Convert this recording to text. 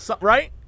Right